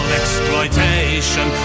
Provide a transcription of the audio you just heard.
exploitation